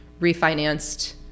Refinanced